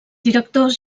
directors